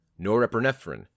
norepinephrine